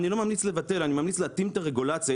אני לא ממליץ לבטל, אני ממליץ להתאים את הרגולציה.